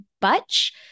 Butch